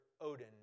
odin